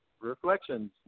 Reflections